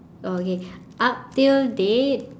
oh okay up till date